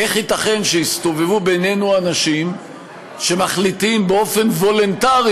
איך ייתכן שיסתובבו בינינו אנשים שמחליטים באופן וולונטרי